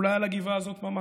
אולי על הגבעה הזאת ממש,